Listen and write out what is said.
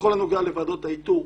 בכל הנוגע לוועדות האיתור,